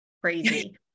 crazy